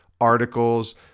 articles